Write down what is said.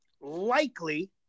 likely